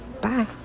Bye